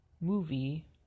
movie